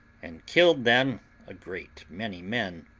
and killed them a great many men.